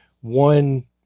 one